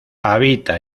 habita